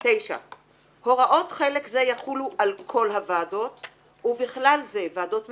9. הוראות חלק זה יחולו על כל הוועדות (ובכלל זה ועדות מיוחדות,